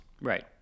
Right